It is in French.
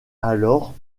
alors